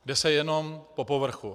Jde se jenom po povrchu.